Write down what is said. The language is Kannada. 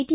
ಟಿ